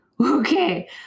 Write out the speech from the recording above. Okay